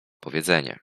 powiedzenie